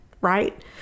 right